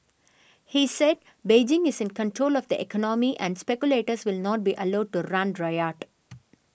he said Beijing is in control of the economy and speculators will not be allowed to run riot